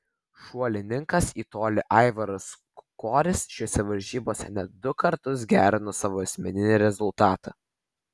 šuolininkas į tolį aivaras kukoris šiose varžybose net du kartus gerino savo asmeninį rezultatą